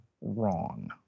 wrong